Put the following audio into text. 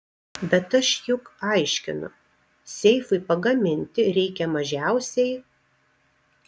bet aš juk aiškinu seifui pagaminti reikia mažiausiai